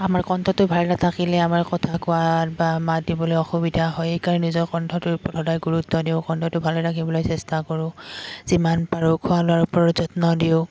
আমাৰ কণ্ঠটো ভালে থাকিলে আমাৰ কথা কোৱাত বা মাত দিবলৈ অসুবিধা হয় সেইকাৰণে নিজৰ কণ্ঠটো ওপৰত সদায় গুৰুত্ব দিওঁ কণ্ঠটো ভালে ৰাখিবলৈ চেষ্টা কৰোঁ যিমান পাৰোঁ খোৱা লোৱাৰ ওপৰত যত্ন দিওঁ